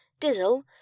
Dizzle